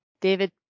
David